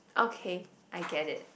okay I get it